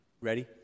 Ready